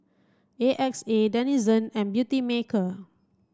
A X A Denizen and Beautymaker